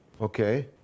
Okay